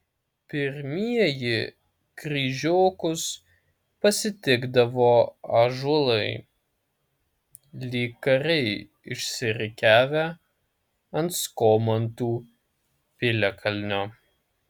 pirmieji kryžiokus pasitikdavo ąžuolai lyg kariai išsirikiavę ant skomantų piliakalnio